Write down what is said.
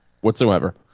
whatsoever